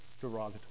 derogatory